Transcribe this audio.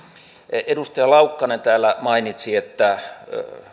edustaja laukkanen täällä mainitsi että